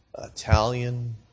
Italian